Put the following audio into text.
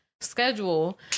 schedule